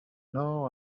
know